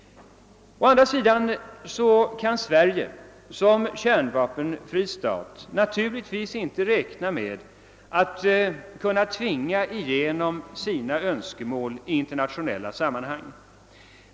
Å andra sidan kan Sverige som kärnvapenfri stat naturligtvis inte räkna med att kunna tvinga igenom sina önskemål i internationella sammanhang.